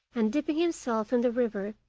and dipping himself in the river,